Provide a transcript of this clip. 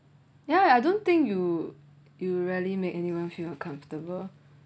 ya I don't think you you really make anyone feel uncomfortable